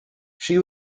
she